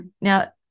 Now